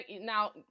now